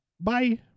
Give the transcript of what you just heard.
Bye